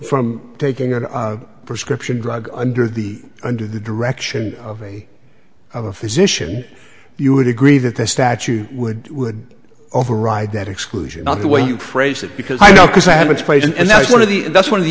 from taking a prescription drug under the under the direction of a of a physician you would agree that the statute would would override that exclusion not the way you phrase it because i know because i have explained and that's one of the that's one of the